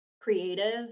creative